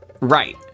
Right